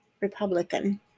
Republican